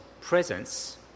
presence